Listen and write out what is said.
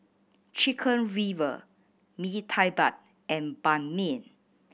Chicken Liver Mee Tai Mak and Ban Mian